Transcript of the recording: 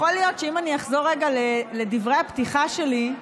יכול להיות שאם אני אחזור רגע לדברי הפתיחה שלי,